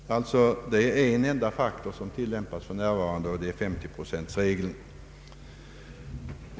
Det är bara en enda faktor som för närvarande tillämpas, och det är 50-procentsregeln.